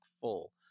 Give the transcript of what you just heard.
full